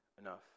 enough